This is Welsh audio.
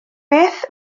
beth